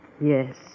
Yes